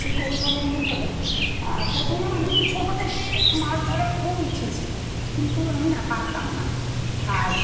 সেই কৌশলগুলি হলো প্রথমে আমি ছোটো থেকে মাছ ধরার খুব ইচ্ছে ছিল কিন্তু আমি না পারতাম না আর